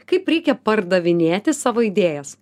kaip reikia pardavinėti savo idėjas